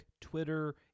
Twitter